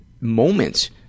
moments